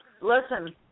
listen